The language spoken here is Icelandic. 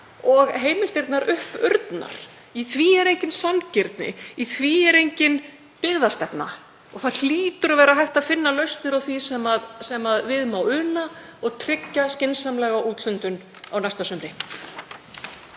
og heimildirnar uppurnar? Í því er engin sanngirni. Í því er engin byggðastefna. Það hlýtur að vera hægt að finna lausnir á því sem una má við og tryggja skynsamlega úthlutun á næsta sumri.